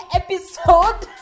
episode